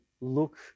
look